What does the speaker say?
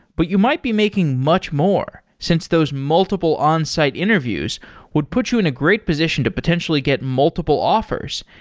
but you might be making much more since those multiple onsite interviews would put you in a great position to potentially get multiple offers,